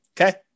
Okay